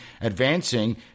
advancing